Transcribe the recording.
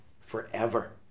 forever